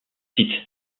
cite